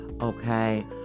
okay